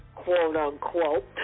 quote-unquote